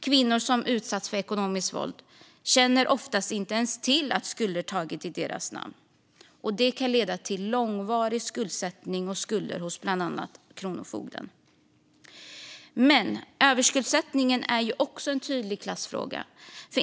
Kvinnor som utsatts för ekonomiskt våld känner ofta inte ens till att skulder tagits i deras namn. Detta kan leda till långvarig skuldsättning och skulder hos bland annat Kronofogden. Överskuldsättningen är också en tydlig klassfråga.